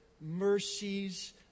mercies